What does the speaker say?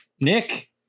Nick